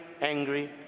angry